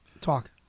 Talk